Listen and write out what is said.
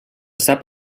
sap